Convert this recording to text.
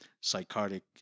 psychotic